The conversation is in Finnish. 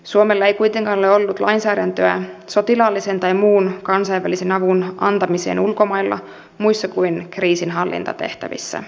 suomella ei kuitenkaan ole ollut lainsäädäntöä sotilaallisen tai muun kansainvälisen avun antamiseen ulkomailla muissa kuin kriisinhallintatehtävissä